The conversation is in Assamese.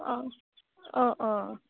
অঁ অঁ অঁ